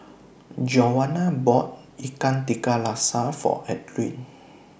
Giovanna bought Ikan Tiga Rasa For Adline